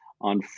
on